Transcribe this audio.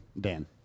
Dan